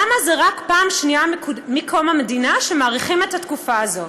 למה רק בפעם השנייה מקום המדינה מאריכים את התקופה הזו?